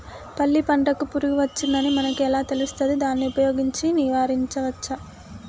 పల్లి పంటకు పురుగు వచ్చిందని మనకు ఎలా తెలుస్తది దాన్ని ఉపయోగించి నివారించవచ్చా?